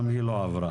גם היא לא עברה.